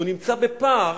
שנמצא בפער,